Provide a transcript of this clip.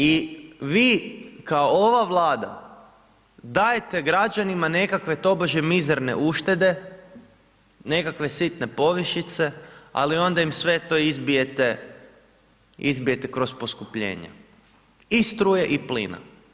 I vi kao ova Vlada dajete građanima nekakve tobože mizerne uštede, nekakve sitne povišice, ali onda im sve to izbijete, izbijete kroz poskupljenja i struje i plina.